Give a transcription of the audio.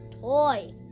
Toy